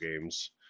games